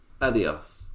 Adios